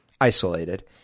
isolated